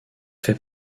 fait